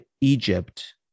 Egypt